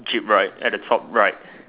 jeep right at the top right